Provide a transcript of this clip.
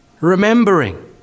Remembering